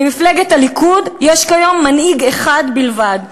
במפלגת הליכוד יש כיום מנהיג אחד בלבד,